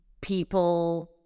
people